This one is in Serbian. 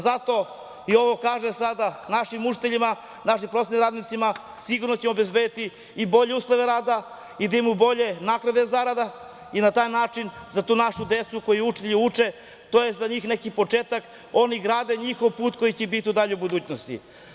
Zato ovo i kažem našim učiteljima, našim prosvetnim radnicima, sigurno ćemo obezbediti i bolje uslove rada i da imaju bolje naknade zarada i na taj način za tu našu decu koju učitelji uče, to je za njih neki početak, oni grade njihov put koji će biti u daljoj budućnosti.